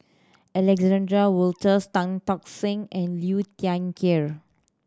Alexander Wolters Tan Tock Seng and Liu Thai Ker